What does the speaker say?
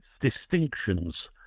distinctions